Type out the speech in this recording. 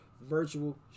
virtual